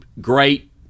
great